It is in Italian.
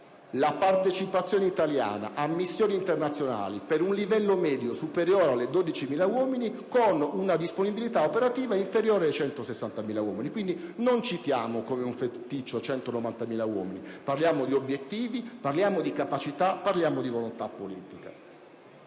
la partecipazione italiana a missioni internazionali per un livello medio superiore ai 12.000 uomini, con una disponibilità operativa inferiore ai 160.000 uomini. Non citiamo come un feticcio 190.000 uomini; parliamo di obiettivi, di capacità, di volontà politica.